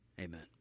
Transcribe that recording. Amen